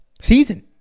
Season